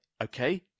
Okay